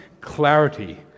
clarity